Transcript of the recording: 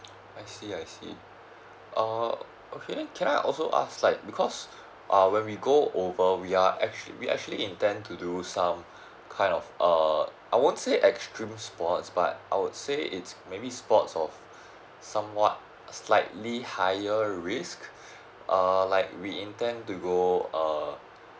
I see I see uh okay can I also ask like because uh when we go over we are actually we actually intend to do some kind of uh I won't say extreme sports but I would say it's maybe sports of somewhat slightly higher a risk err like we intend to go uh